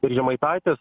ir žemaitaitis